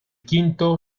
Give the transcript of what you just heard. quinto